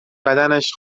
بدنش